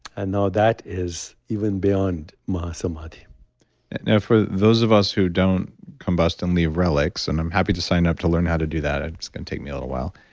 and now, that is even beyond mahasamadhi now for those of us who don't combust on the relics, and i'm happy to sign up to learn how to do that ah it's going to take me a little while.